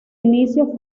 inicios